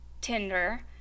Tinder